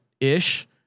ish